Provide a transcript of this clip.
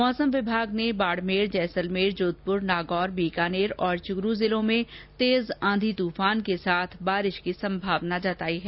मौसम विभाग ने बाड़मेर जैसलमेर जोधपुर नागौर बीकानेर और चुरु जिलों में तेज आंधी तुफान के साथ बारिश की संभावना जताई है